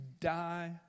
die